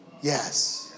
Yes